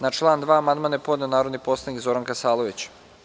Na član 2. amandman je podneo narodni poslanik Zoran Kasalović.